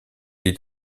est